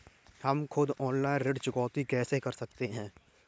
हम खुद ऑनलाइन ऋण चुकौती कैसे कर सकते हैं?